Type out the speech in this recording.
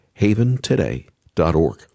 haventoday.org